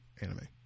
anime